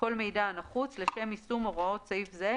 כל מידע הנחוץ לשם יישום הוראות סעיף זה,